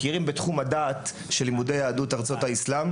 לפיה מכירים בתחום הדעת של לימודי יהדות ארצות האסלאם.